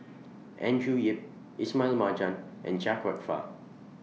Andrew Yip Ismail Marjan and Chia Kwek Fah